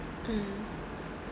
mm